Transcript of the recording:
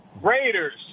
Raiders